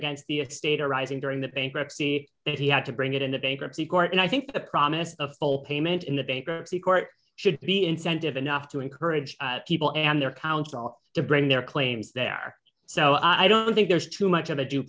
against the state arising during the bankruptcy that he had to bring it into bankruptcy court and i think the promise of full payment in the bankruptcy court should be incentive enough to encourage people and their counsel to bring their claims there so i don't think there's too much of a